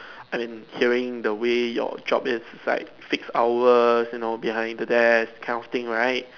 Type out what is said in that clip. I mean hearing the way your job is like fix hours you know behind the desk that kind of thing right